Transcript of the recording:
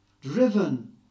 driven